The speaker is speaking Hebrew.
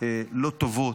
לא טובות,